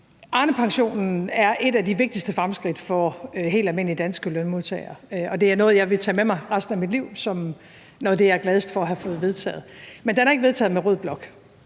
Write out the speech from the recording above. Arnepensionen er et af de vigtigste fremskridt for helt almindelige danske lønmodtagere, og jeg vil tage det med mig resten af mit liv som noget af det, jeg er gladest for at have fået vedtaget. Men den er ikke vedtaget med rød blok;